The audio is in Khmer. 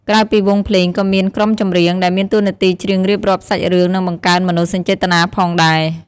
ក្រៅពីវង់ភ្លេង ក៏មាន ក្រុមចម្រៀង ដែលមានតួនាទីច្រៀងរៀបរាប់សាច់រឿង និងបង្កើនមនោសញ្ចេតនាផងដែរ។